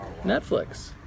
Netflix